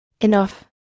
Enough